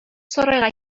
сарайга